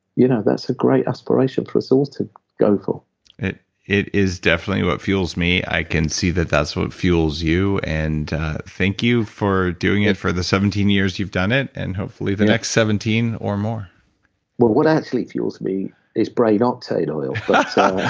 you know that's a great aspiration for us all to go for it it is definitely what fuels me. i can see that that's what fuels you. and thank you for doing it for the seventeen years you've done it, and hopefully the next seventeen or more well, what actually fuels me is brain octane oil, but. ah